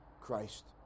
Christ